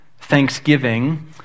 thanksgiving